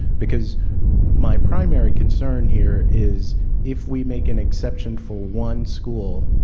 because my primary concern here is if we make an exception for one school,